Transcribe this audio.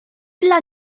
dla